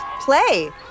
play